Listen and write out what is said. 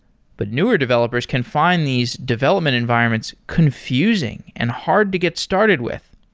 but newer developers can find these development environments confusing and hard to get started with.